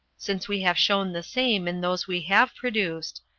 since we have shown the same in those we have produced,